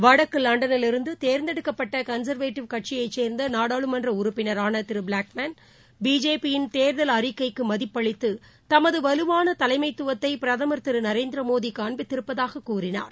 வடக்குலண்டனில் இருந்துதேர்ந்தெடுக்கப்பட்டகன்சர்வேட்டிவ் பிஜேபி யின் கட்சியைசேர்ந்தநாடாளுமன்றஉறுப்பினரானதிருபிளாக்மேன் தேர்தல் அறிக்கைக்குமதிப்பளித்துதமதுவலுவானதலைமைத்துவத்தைபிரதமர் திருநரேந்திரமோடிகாண்பித்திருப்பதாககூறினார்